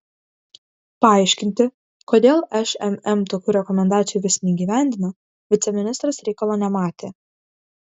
paaiškinti kodėl šmm tokių rekomendacijų vis neįgyvendina viceministras reikalo nematė